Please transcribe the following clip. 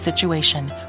situation